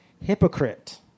Hypocrite